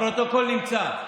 הפרוטוקול נמצא.